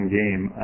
game